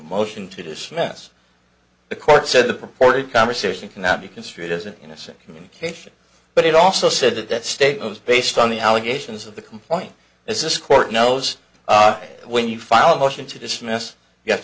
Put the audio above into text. motion to dismiss the court said the purported conversation cannot be construed as an innocent communication but it also said that that statement is based on the allegations of the complaint is this court knows when you file a motion to dismiss y